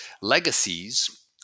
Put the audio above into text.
legacies